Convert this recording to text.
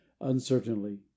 uncertainly